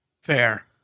Fair